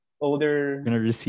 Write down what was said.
Older